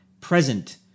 present